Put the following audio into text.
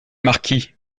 marquis